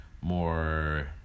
more